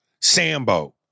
sambo